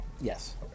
Yes